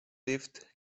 lived